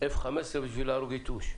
F15 בשביל להרוג יתוש.